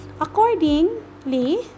Accordingly